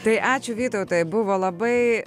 tai ačiū vytautai buvo labai